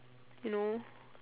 you know